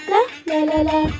La-la-la-la